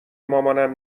مامانم